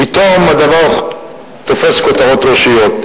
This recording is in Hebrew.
פתאום הדבר תופס כותרות ראשיות.